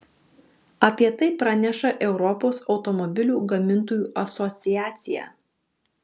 apie tai praneša europos automobilių gamintojų asociacija